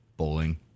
Bowling